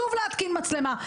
שוב להתקין מצלמה.